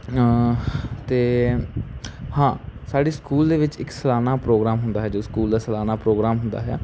ਅਤੇ ਹਾਂ ਸਾਡੀ ਸਕੂਲ ਦੇ ਵਿੱਚ ਇੱਕ ਸਲਾਨਾ ਪ੍ਰੋਗਰਾਮ ਹੁੰਦਾ ਹੈ ਜੋ ਸਕੂਲ ਦਾ ਸਾਲਾਨਾ ਪ੍ਰੋਗਰਾਮ ਹੁੰਦਾ ਹੈ